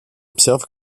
observe